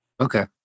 Okay